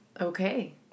Okay